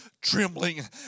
Trembling